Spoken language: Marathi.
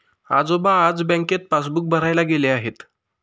आजोबा आज बँकेत पासबुक भरायला गेले आहेत